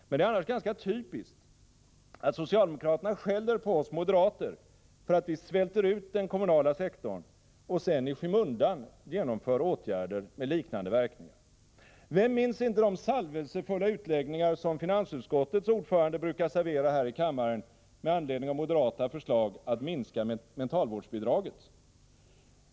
Men det är annars ganska typiskt att socialdemokraterna skäller på oss moderater för att vi svälter ut den kommunala sektorn och sedan i skymundan genomför åtgärder med liknande verkningar. Vem minns inte de salvelsefulla utläggningar som finansutskottets ordförande brukar servera här i kammaren med anledning av moderata förslag att minska mentalvårdsbidragen?